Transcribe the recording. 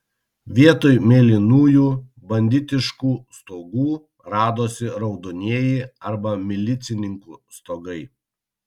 vietoj mėlynųjų banditiškų stogų radosi raudonieji arba milicininkų stogai